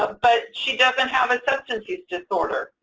ah but she doesn't have a substance use disorder?